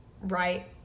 right